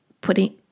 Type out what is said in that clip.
putting